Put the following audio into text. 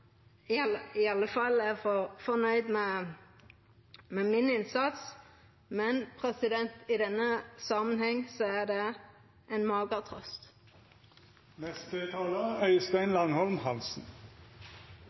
i alle fall er fornøgd med min innsats, men i denne samanhengen er det ei mager trøyst. Temaet Kielland-ulykken er